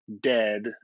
dead